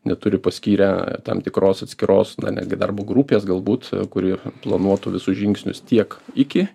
neturi paskyrę tam tikros atskiros na netgi darbo grupės galbūt kuri planuotų visus žingsnius tiek iki